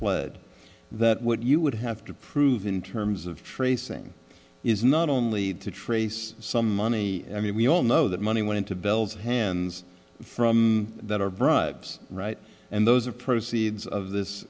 pled that what you would have to prove in terms of tracing is not only to trace some money i mean we all know that money went into belle's hands from that our brother right and those are proceeds of this